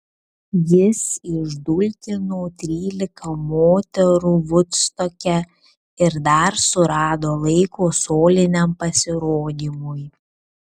jis išdulkino trylika moterų vudstoke ir dar surado laiko soliniam pasirodymui